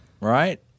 Right